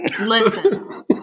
Listen